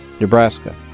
Nebraska